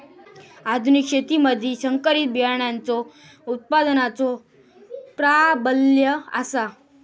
आधुनिक शेतीमधि संकरित बियाणांचो उत्पादनाचो प्राबल्य आसा